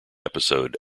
episode